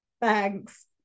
Thanks